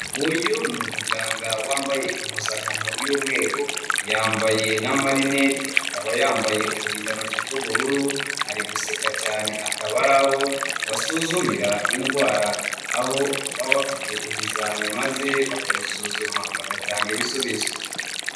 Uyu ni umuganga wambaye impuzankano y'umweru yambaye n'amarinete, akaba yambaye uturindantoki tw'ubururu ari guseka cyane akaba ari aho basuzumira indwara aho baba bafite ibizami maze bakabisuzuma bagatanga ibisubizo.